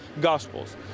Gospels